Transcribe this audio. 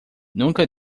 nunca